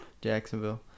Jacksonville